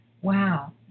wow